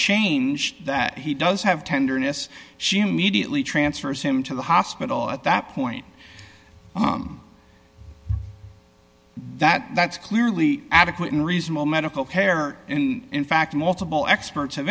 changed that he does have tenderness she immediately transfers him to the hospital at that point that that's clearly adequate and reasonable medical care in fact multiple experts